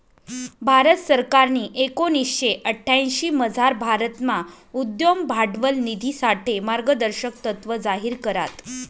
भारत सरकारनी एकोणीशे अठ्यांशीमझार भारतमा उद्यम भांडवल निधीसाठे मार्गदर्शक तत्त्व जाहीर करात